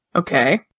Okay